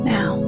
Now